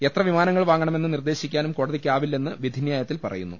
എത്ര വിമാനങ്ങൾ വാങ്ങണമെന്ന് നിർദ്ദേശിക്കാനും കോടതിക്കാവില്ലെന്ന് വിധിന്യായത്തിൽ പറയുന്നു